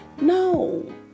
No